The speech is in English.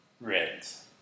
Reds